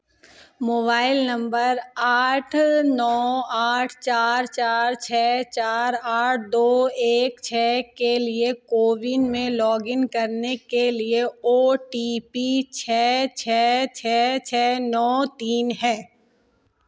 mobile number आठ नौ आठ चार चार छः चार आठ दो एक छः के लिए को विन में लॉगइन करने के लिए ओ टी पी छः छः छः छः नौ तीन है